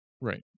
Right